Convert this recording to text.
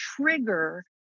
trigger